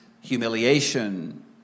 humiliation